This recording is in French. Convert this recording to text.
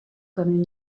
comme